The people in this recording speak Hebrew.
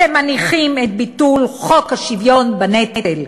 אתם מניחים את ביטול חוק השוויון בנטל,